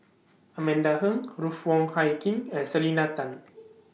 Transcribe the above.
Amanda Heng Ruth Wong Hie King and Selena Tan